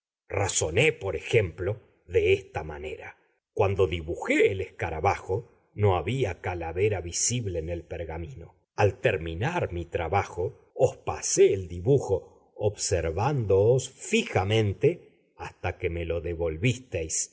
razoné por ejemplo de esta manera cuando dibujé el escarabajo no había calavera visible en el pergamino al terminar mi trabajo os pasé el dibujo observándoos fijamente hasta que me lo devolvisteis por